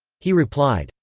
he replied,